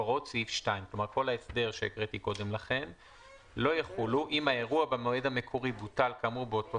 הוראות סעיף 2 לא יחולו אם האירוע במועד המקורי בוטל כאמור באותו